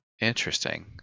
Interesting